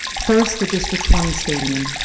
first, the district twenty stadium.